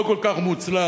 לא כל כך מוצלח,